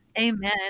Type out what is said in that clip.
Amen